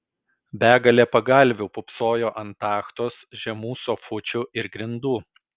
begalė pagalvių pūpsojo ant tachtos žemų sofučių ir grindų